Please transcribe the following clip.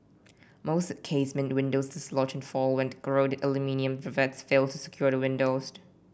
most casement windows dislodge and fall when corroded aluminium rivets fail to secure the windows